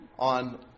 On